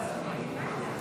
חברי הכנסת,